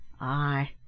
Aye